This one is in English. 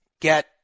get